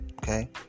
Okay